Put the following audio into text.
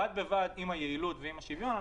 בד בבד עם היעילות ועם השוויון,